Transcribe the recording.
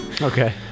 okay